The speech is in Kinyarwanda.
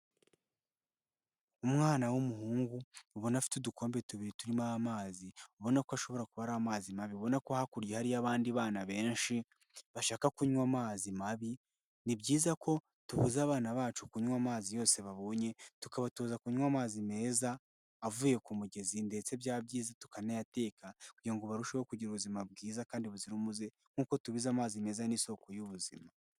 Umwana w'umuhungu ubona afite udukombe tubiri turimo amazi, ubona ko ashobora kuba ari amazi mabi, ubona ko hakurya hariyoa abandi bana benshi bashaka kunywa amazi mabi, ni byiza ko tubuza abana bacu kunywa amazi yose babonye tukabatoza kunywa amazi meza avuye ku mugezi ndetse byaba byiza tukanayateka kugira ngo barusheho kugira ubuzima bwiza kandi buzira umuze nk'uko tubizi amazi meza ni isoko y'ubuzima.